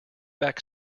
back